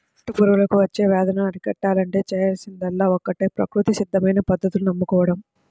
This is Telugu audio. పట్టు పురుగులకు వచ్చే వ్యాధులను అరికట్టాలంటే చేయాల్సిందల్లా ఒక్కటే ప్రకృతి సిద్ధమైన పద్ధతులను నమ్ముకోడం